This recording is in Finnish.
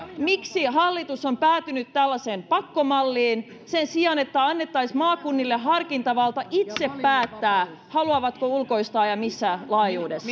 miksi hallitus on päätynyt tällaiseen pakkomalliin sen sijaan että annettaisiin maakunnille harkintavalta itse päättää haluavatko ne ulkoistaa ja missä laajuudessa